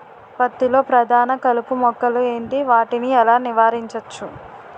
పత్తి లో ప్రధాన కలుపు మొక్కలు ఎంటి? వాటిని ఎలా నీవారించచ్చు?